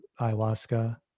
ayahuasca